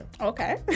Okay